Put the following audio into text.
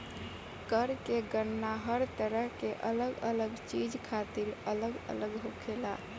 कर के गणना हर तरह के अलग अलग चीज खातिर अलग अलग होखेला